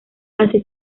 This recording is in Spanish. así